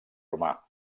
romà